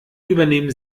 übernehmen